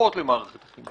קרובות למערכת החינוך,